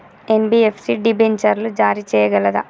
NBFC డిబెంచర్లు జారీ చేయగలదా?